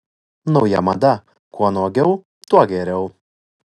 nauja mada kuo nuogiau tuo geriau